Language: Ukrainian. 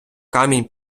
камінь